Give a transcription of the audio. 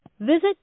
Visit